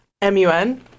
M-U-N